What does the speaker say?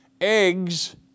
Eggs